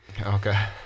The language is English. Okay